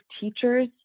teachers